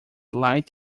light